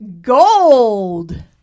Gold